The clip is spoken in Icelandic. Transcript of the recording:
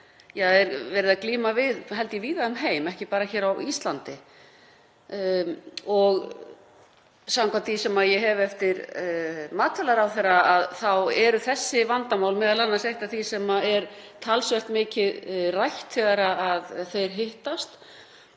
sem er verið að glíma við, held ég, víða um heim, ekki bara hér á Íslandi. Samkvæmt því sem ég hef eftir matvælaráðherra þá eru þessi vandamál m.a. eitt af því sem er talsvert mikið rætt þegar þeir hittast